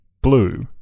blue